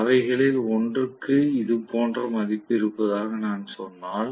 அவைகளில் ஒன்றுக்கு இது போன்ற மதிப்பு இருப்பதாக நான் சொன்னால்